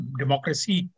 democracy